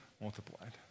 multiplied